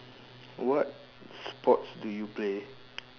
what sports do you play